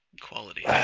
quality